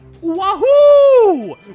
Wahoo